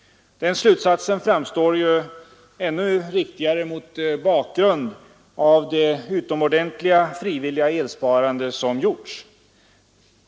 Den slutsatsen framstår som ännu riktigare mot bakgrund av det utomordentliga frivilliga elsparande som gjorts.